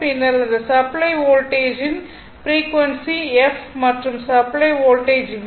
பின்னர் அந்த சப்ளை வோல்டேஜின் ஃப்ரீக்வன்சி f மற்றும் சப்ளை வோல்டேஜ் V